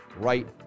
right